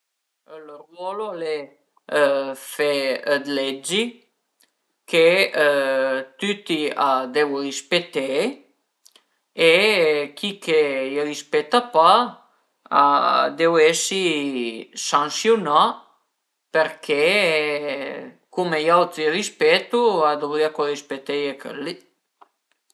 Ël ruolo al e fe d'leggi chë tüti a devu rispeté e chi che a i rispeta pa a deu esi sansiunà perché cume i auti i rispetu a dövrìa co rispeteie chël li